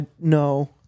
No